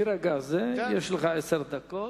מרגע זה יש לך עשר דקות.